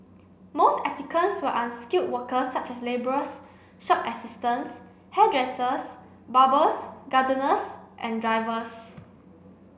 most applicants were unskilled workers such as labourers shop assistants hairdressers barbers gardeners and drivers